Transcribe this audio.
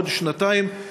עוד שנתיים?